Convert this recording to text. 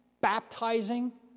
baptizing